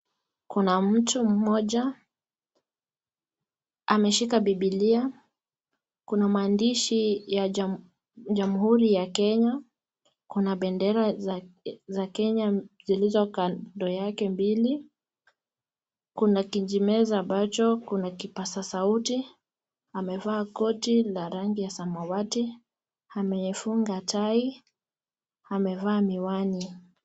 Kuna mtu mmoja ameshika bibilia kuna maandishi ya jamuhuri ya kenya kuna bendera za kenya zilizo kando yake mbili. Kuna kijimeza ambacho, kuna kipazasauti. Amevaa koti la rangi ya sawamati, amaefunga tai, amevaa miwani.